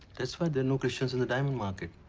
that's why there are no christians in the diamond market.